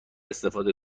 استفاده